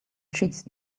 cheese